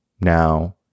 Now